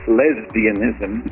lesbianism